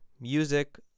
music